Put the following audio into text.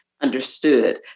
understood